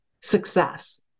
success